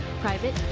private